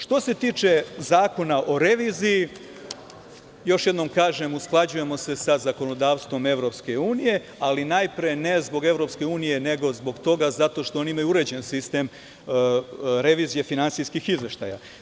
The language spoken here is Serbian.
Što se tiče Zakona o reviziji, još jednom kažem, usklađujemo se sa zakonodavstvom EU, ali najpre ne zbog EU nego zbog toga što oni imaju uređeni sistem revizije finansijskih izveštaja.